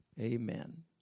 Amen